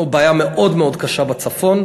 יש לנו בעיה מאוד מאוד קשה בצפון.